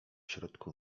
środku